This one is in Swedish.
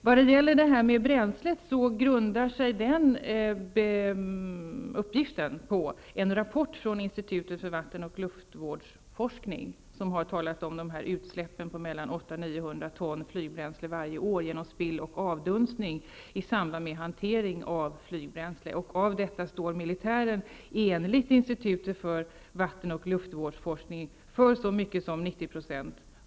Uppgiften om bränslet grundar sig på en rapport från Institutet för vatten och luftvårdsforskning, som talar om utsläpp av mellan 800 och 900 ton flygbränsle varje år genom spill och avdunstning i samband med hantering av flygbränsle. Av detta spill står militären, enligt Institutet för vattan och luftvårdsforskning, för så mycket som 90 %.